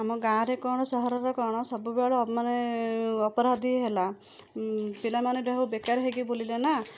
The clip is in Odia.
ଆମ ଗାଁରେ କ'ଣ ସହରରେ କ'ଣ ସବୁବେଳେ ମାନେ ଅପରାଧୀ ହେଲା ପିଲାମାନେ ସବୁ ବେକାର ହେଇ ବୁଲିଲେ ନା